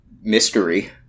mystery